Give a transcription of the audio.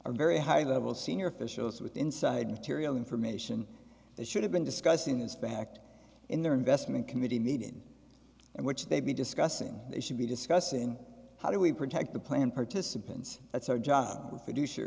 are very high level senior officials with inside material information that should have been discussed in this fact in their investment committee meeting in which they be discussing they should be discussing how do we protect the plan participants that's our job producer